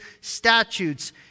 statutes